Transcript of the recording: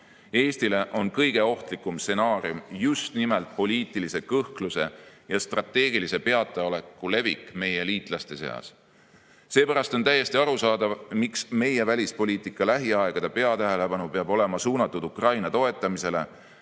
Eestile on kõige ohtlikum stsenaarium just nimelt poliitilise kõhkluse ja strateegilise peataoleku levik meie liitlaste seas. Seepärast on täiesti arusaadav, miks meie välispoliitika lähiaegade peatähelepanu peab olema suunatud Ukraina toetamisele,